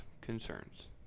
concerns